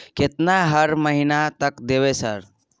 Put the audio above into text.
केतना हर महीना तक देबय सर?